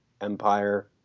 Empire